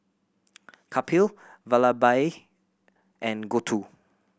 Kapil Vallabhbhai and Gouthu